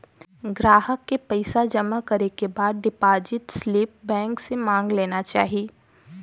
ग्राहक के पइसा जमा करे के बाद डिपाजिट स्लिप बैंक से मांग लेना चाही